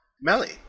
Melly